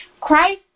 Christ